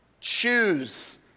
Choose